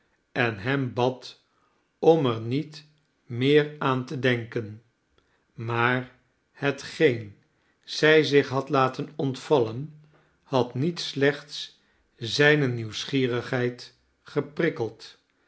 en hem bad om er niet meer aan te denken maar hetgeen zij zich had laten ontvallen had niet slechts zijne nieuwsgierigheid geprikkeld